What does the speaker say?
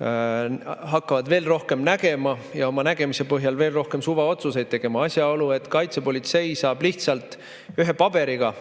hakkavad veel rohkem nägema ja oma nägemuse põhjal veel rohkem suvaotsuseid tegema. Asjaolu, et kaitsepolitsei saab lihtsalt ühe paberiga,